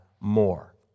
more